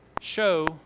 show